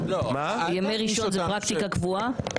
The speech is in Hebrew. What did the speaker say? ימי ראשון מעכשיו הם פרקטיקה קבועה?